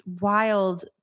wild